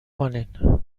کنین